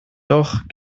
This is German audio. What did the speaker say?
doch